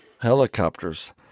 Helicopters